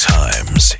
times